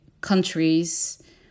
countries